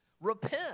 repent